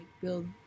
build